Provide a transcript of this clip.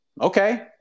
Okay